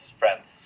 friends